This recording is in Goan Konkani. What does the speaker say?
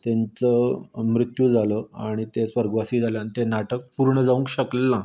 तेंचो मृत्यू जालो आनी ते स्वर्गवासी जाले आनी तें नाटक पूर्ण जावंक शकलें ना